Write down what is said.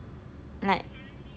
like